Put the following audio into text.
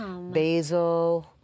basil